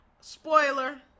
spoiler